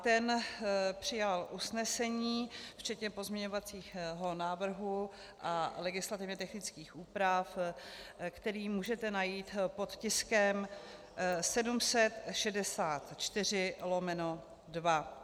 Ten přijal usnesení včetně pozměňovacího návrhu a legislativně technických úprav, který můžete najít pod tiskem 764/2.